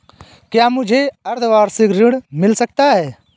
क्या मुझे अर्धवार्षिक ऋण मिल सकता है?